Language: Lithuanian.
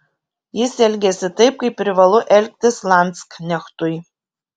jis elgėsi taip kaip privalu elgtis landsknechtui